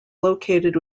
located